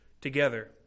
together